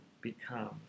become